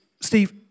Steve